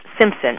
Simpson